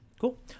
Cool